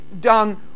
done